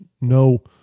no